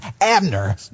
Abner